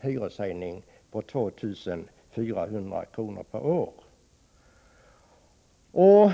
hyrorna kommer det att för väldigt många bli en extra hyreshöjning på 2 400 kr. per år.